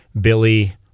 Billy